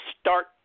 start